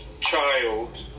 child